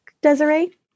Desiree